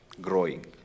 growing